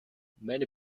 many